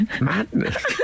Madness